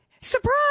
Surprise